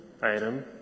item